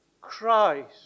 Christ